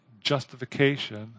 justification